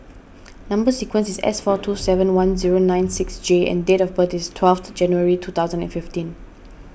Number Sequence is S four two seven one zero nine six J and date of birth is twelfth January two thousand and fifteen